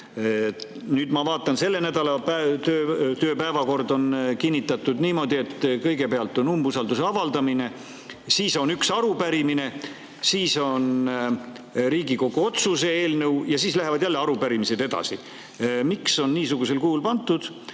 Nüüd ma vaatan, et selle nädala päevakord on kinnitatud niimoodi, et kõigepealt on umbusalduse avaldamine, siis on üks arupärimine, siis on Riigikogu otsuse eelnõu ja siis lähevad jälle arupärimised edasi. Miks on niisugusel kujul tehtud